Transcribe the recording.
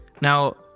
Now